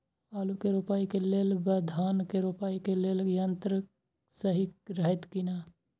आलु के रोपाई के लेल व धान के रोपाई के लेल यन्त्र सहि रहैत कि ना?